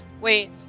Wait